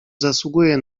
zasługuje